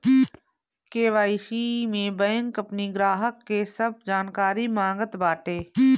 KYC में bank अपनी ग्राहक के सब जानकारी मांगत बाटे